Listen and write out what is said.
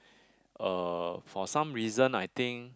uh for some reason I think